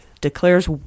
declares